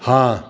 हाँ